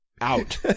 out